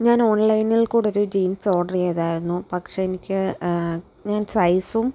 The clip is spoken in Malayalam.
ഞാൻ ഓൺലൈനിൽ കൂടെ ഒരു ജീൻസ് ഓർഡർ ചെയ്തിരുന്നു പക്ഷേ എനിക്ക് ഞാൻ സൈസും